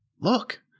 Look